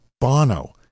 Bono